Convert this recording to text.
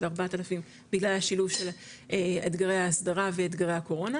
4,000 בגלל השילוב של אתגרי ההסדרה ואתגרי הקורונה